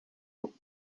haut